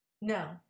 No